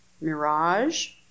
mirage